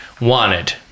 wanted